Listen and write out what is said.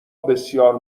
بسیار